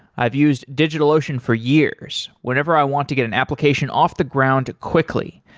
i've used digitalocean for years whenever i want to get an application off the ground quickly,